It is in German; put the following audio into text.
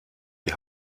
die